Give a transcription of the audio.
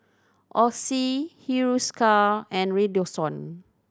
Oxy Hiruscar and Redoxon